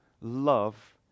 love